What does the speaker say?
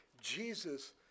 Jesus